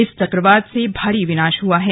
इस चक्रवात से भारी विनाश हुआ है